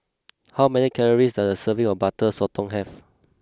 how many calories does a serving of Butter Sotong have